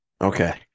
Okay